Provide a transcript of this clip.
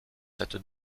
cette